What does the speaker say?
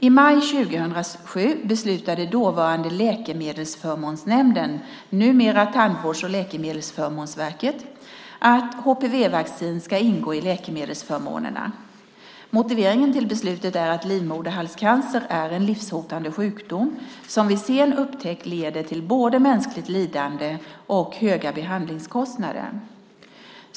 I maj 2007 beslutade dåvarande Läkemedelsförmånsnämnden, numera Tandvårds och läkemedelsförmånsverket, att HPV-vaccin ska ingå i läkemedelsförmånerna. Motiveringen till beslutet är att livmoderhalscancer är en livshotande sjukdom som vid sen upptäckt leder till både mänskligt lidande och höga behandlingskostnader.